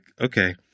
okay